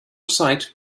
sight